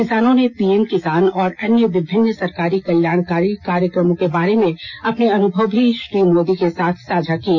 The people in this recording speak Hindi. किसानों ने पीएम किसान और अन्य विभिन्न सरकारी कल्याण कार्यक्रमों के बारे में अपने अनुभव श्री मोदी के साथ साझा किए